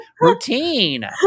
routine